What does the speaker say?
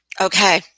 Okay